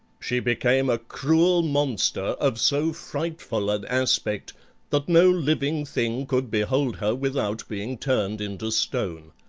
she became a cruel monster of so frightful an aspect that no living thing could behold her without being turned into stone.